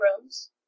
rooms